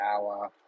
hour